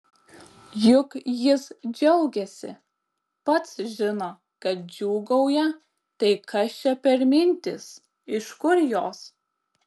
juk jis džiaugiasi pats žino kad džiūgauja tai kas čia per mintys iš kur jos